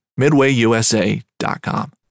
MidwayUSA.com